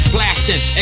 Blasting